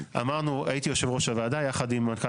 הייתי יושב-ראש הוועדה יחד עם מנכ"ל